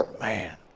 man